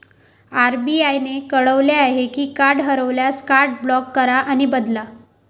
RBI ने कळवले आहे की कार्ड हरवल्यास, कार्ड ब्लॉक करा आणि बदला